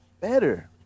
better